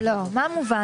מה מובן?